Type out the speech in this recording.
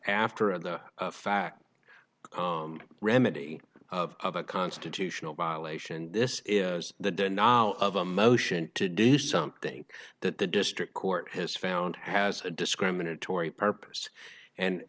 after of the fact remedy of a constitutional violation this is the denial of a motion to do something that the district court has found has a discriminatory purpose and